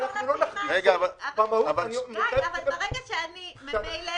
אבל ברגע שאני ממילא